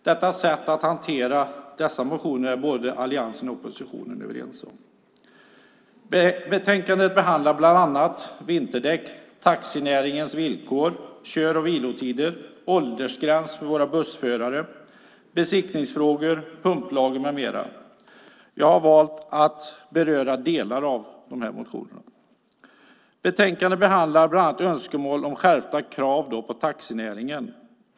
Detta sätt att hantera dessa motioner är både alliansen och oppositionen överens om. Betänkandet behandlar bland annat vinterdäck, taxinäringens villkor, kör och vilotider, åldersgräns för våra bussförare, besiktningsfrågor, pumplagen med mera. Jag har valt att beröra delar av motionerna. De behandlar bland annat önskemål om skärpta krav på taxinäringen.